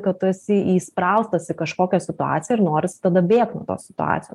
kad tu esi įspraustas į kažkokią situaciją ir noris tada bėgt nuo tos situacijos